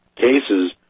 cases –